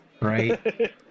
Right